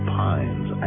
pines